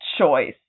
choice